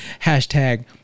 hashtag